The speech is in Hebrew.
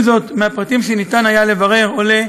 עם זאת, מהפרטים שניתן היה לברר עולה